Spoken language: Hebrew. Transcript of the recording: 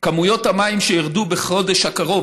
כמויות המים שירדו בחודש הקרוב,